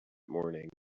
morning